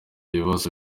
ibibazo